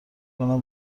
کنم